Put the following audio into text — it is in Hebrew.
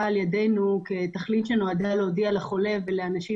על ידנו כתכלית שנועדה להודיע לחולה ולאנשים